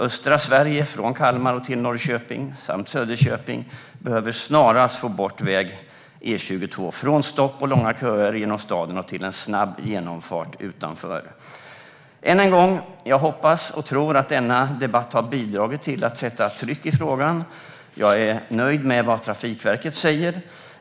Östra Sverige från Kalmar till Norrköping samt Söderköping behöver snarast få bort väg E22 från stopp och långa köer genom staden till en snabb förbifart utanför. Än en gång: Jag hoppas och tror att denna debatt har bidragit till att sätta tryck i frågan. Jag är nöjd med vad Trafikverket säger.